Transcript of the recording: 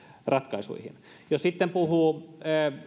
ratkaisuihin jos sitten puhuu